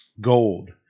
gold